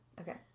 Okay